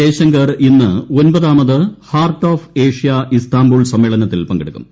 ജയ്ശങ്കർ ഇന്ന് ഒൻപതാമത് heart of Asia Istanbul സമ്മേളനത്തിൽ പങ്കെടുക്കും